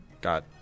got